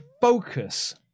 focus